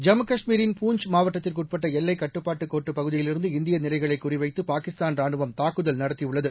ஜம்மு காஷ்மீரின் பூஞ்ச் மாவட்டத்திற்குட்பட்ட எல்லைக் கட்டுப்பாட்டு கோடு பகுதியிலிருந்து இந்திய நிலைகளைக் குறிவைத்து பாகிஸ்தான் ராணுவம் தாக்குதல் நடத்தியுள்ளது